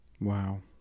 wow